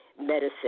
medicine